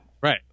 Right